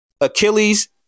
Achilles